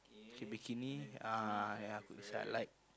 k bikini uh put beside like